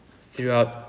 throughout